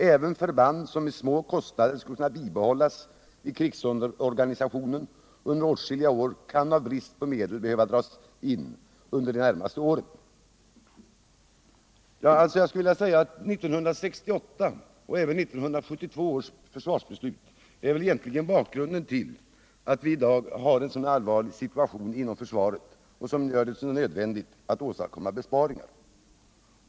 Även förband som med små kostnader skulle kunna behållas i krigsorganisationen under åtskilliga år kan av brist på medel behöva dras in redan under de närmaste åren.” i Försvarsbesluten åren 1968 och 1972 är egentligen bakgrunden till att vi i dag har en så allvarlig situation inom försvaret, som gör det nödvändigt att åstadkomma besparingar.